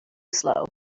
slow